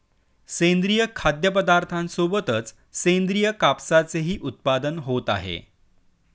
सेंद्रिय खाद्यपदार्थांसोबतच सेंद्रिय कापसाचेही उत्पादन होत आहे